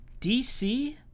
DC